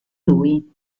lui